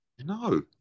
No